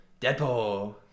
Deadpool